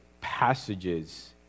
passages